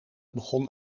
begon